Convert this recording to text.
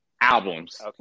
albums